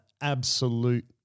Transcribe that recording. absolute –